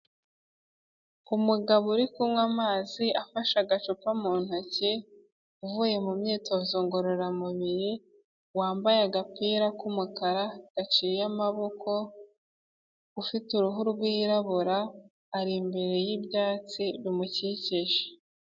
Umugabo uri kunywa amazi afashe agacupa mu ntoki uvuye mu myitozo ngororamubiri wambaye agapira k'umukara gaciye amaboko ufite uruhu rwirabura ari imbere y'ibyatsi bimukikije.